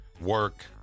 work